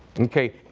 okay,